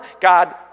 God